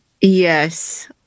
Yes